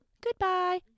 Goodbye